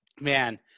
man